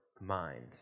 mind